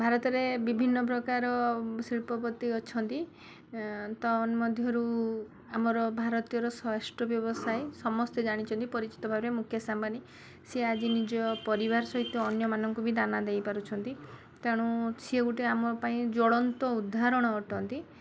ଭାରତରେ ବିଭିନ୍ନ ପ୍ରକାର ଶିଳ୍ପପତି ଅଛନ୍ତି ତନ ମଧ୍ୟରୁ ଆମର ଭାରତୀୟର ସ୍ୱାଷ୍ଟ ବ୍ୟବସାୟ ସମସ୍ତେ ଜାଣିଛନ୍ତି ପରିଚିତ ଭାବରେ ମୁକେଶ ଆମ୍ୱାନୀ ସେ ଆଜି ନିଜ ପରିବାର ସହିତ ଅନ୍ୟମାନଙ୍କୁ ବି ଦାନା ଦେଇପାରୁଛନ୍ତି ତେଣୁ ସିଏ ଗୋଟେ ଆମ ପାଇଁ ଜ୍ଜଳନ୍ତ ଉଦାହରଣ ଅଟନ୍ତି